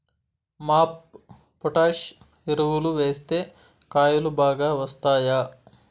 MOP potash ఎరువులు వేస్తే కాయలు బాగా వస్తాయా?